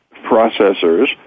processors